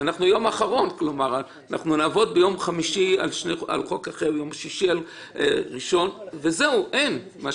אנחנו נעבוד ביום חמישי וראשון על חוק אחר ואין יותר